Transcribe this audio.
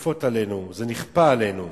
להיכפות עלינו, זה נכפה עלינו.